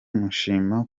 mushima